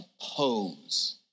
oppose